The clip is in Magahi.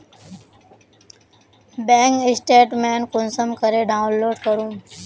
बैंक स्टेटमेंट कुंसम करे डाउनलोड करूम?